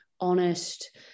honest